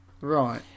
Right